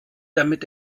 damit